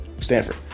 Stanford